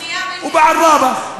ובעראבה,